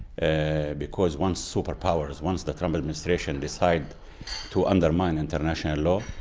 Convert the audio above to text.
and because once super powers, once the trump administration decide to undermine international law,